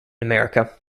america